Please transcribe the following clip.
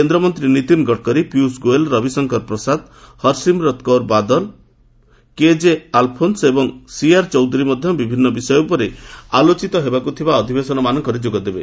କେନ୍ଦ୍ରମନ୍ତ୍ରୀ ନୀତିନ୍ ଗଡ଼କରି ପିୟୁଷ୍ ଗୋୟଲ୍ ରବିଶଙ୍କର ପ୍ରସାଦ ହର୍ସିମ୍ରତ୍ କୌର ବାଦଲ କେକେ ଆଲ୍ଫୋନ୍ସ୍ ଏବଂ ସିଆର୍ ଚୌଧୁରୀ ମଧ୍ୟ ବିଭିନ୍ନ ବିଷୟ ଉପରେ ଆଲେଚିତ ହେବାକୁ ଥିବା ଅଧିବେଶନମାନଙ୍କରେ ଯୋଗଦେବେ